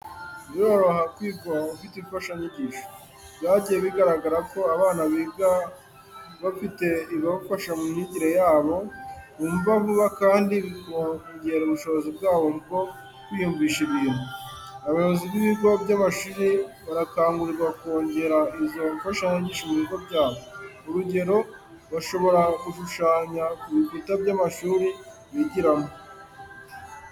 Biroroha kwiga ufite imfashanyigisho. Byagiye bigaragara ko abana biga bafite ibibafasha mu myigire yabo, bumva vuba kandi bakongera ubushobozi bwabo bwo kwiyumvisha ibintu. Abayobozi b'ibigo by'amashuri barakangurirwa kongera izo mfashanyigisho mu bigo byabo. Urugero, bashobora gushushanya ku bikuta by'amashuri bigira mo.